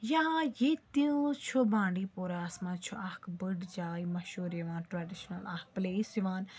یا ییٚتہِ تہِ چھُ بانڈی پوٗراہَس مَنٛز چھُ اَکھ بٔڑ جایہِ مَشہوٗر یِوان ٹریڈِشنَل اَکھ پٕلیس یِوان